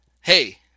hey